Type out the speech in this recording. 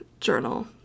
journal